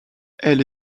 elle